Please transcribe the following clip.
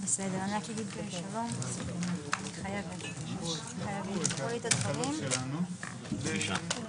ננעלה בשעה 10:58.